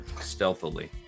stealthily